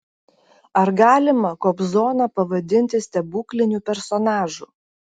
ar galima kobzoną pavadinti stebukliniu personažu